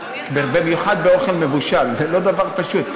במיוחד באוכל מבושל זה לא דבר פשוט.